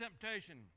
temptation